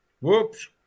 Whoops